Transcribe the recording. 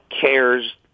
cares